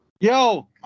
yo